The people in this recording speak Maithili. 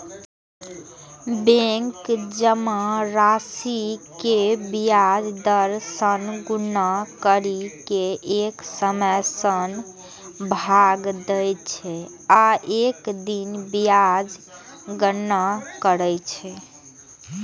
बैंक जमा राशि कें ब्याज दर सं गुना करि कें एक सय सं भाग दै छै आ एक दिन ब्याजक गणना करै छै